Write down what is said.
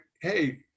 Hey